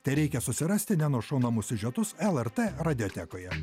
tereikia susirasti nenušaunamus siužetus lrt radiotekoje